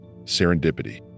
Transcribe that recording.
serendipity